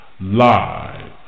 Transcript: Live